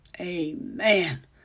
Amen